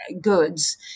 Goods